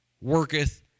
worketh